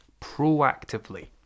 proactively